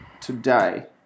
today